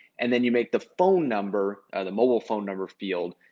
and then you make the phone number, the mobile phone number field,